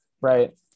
right